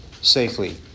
safely